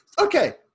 okay